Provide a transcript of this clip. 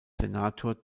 senator